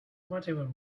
whatever